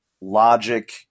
logic